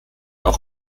auch